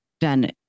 done